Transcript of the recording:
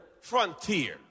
Frontier